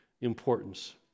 importance